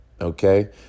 okay